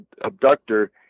abductor